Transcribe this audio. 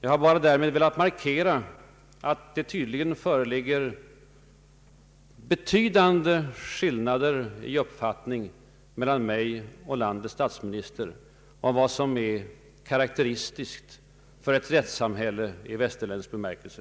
Jag har därmed velat markera att det tydligen föreligger betydande meningsskillnader mellan mig och landets statsminister om vad som är karakteristiskt för ett rättssamhälle i västerländsk bemärkelse.